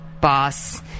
boss